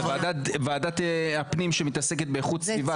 זה דיון בוועדת פנים שמתעסקת באיכות סביבה,